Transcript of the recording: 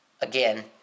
again